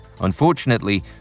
Unfortunately